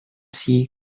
sea